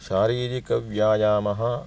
शारीरिकव्यायामः